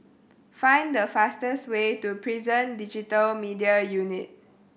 find the fastest way to Prison Digital Media Unit